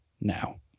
now